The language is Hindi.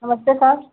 नमस्ते सर